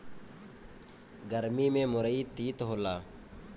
गरमी में मुरई तीत होला